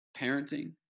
Parenting